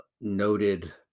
noted